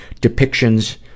depictions